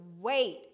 wait